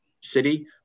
city